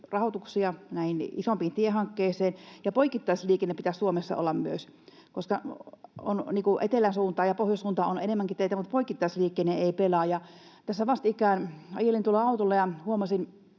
rahoituksia näihin isompiin tiehankkeisiin, ja poikittaisliikenne pitäisi Suomessa olla myös, koska eteläsuuntaan ja pohjoissuuntaan on enemmänkin teitä, mutta poikittaisliikenne ei pelaa. Tässä vastikään ajelin autolla ja huomasin